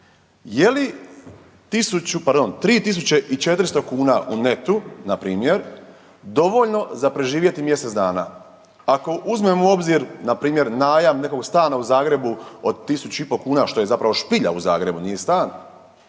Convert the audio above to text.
3400 kuna u netu, npr. dovoljno za preživjeti mjesec dana, ako uzmemo u obzir, npr. najam nekog stana u Zagrebu od 1500 kuna, što je zapravo špilja u Zagrebu, nije stan,